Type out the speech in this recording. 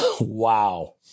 Wow